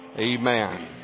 Amen